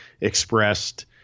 expressed